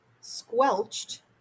squelched